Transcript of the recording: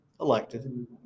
elected